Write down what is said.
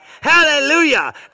Hallelujah